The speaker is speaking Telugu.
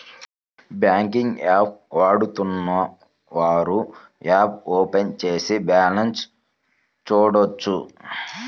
బ్యాంకింగ్ యాప్ వాడుతున్నవారు యాప్ ఓపెన్ చేసి బ్యాలెన్స్ చూడొచ్చు